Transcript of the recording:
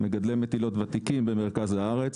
מגדלי מטילות ותיקים במרכז הארץ,